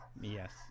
Yes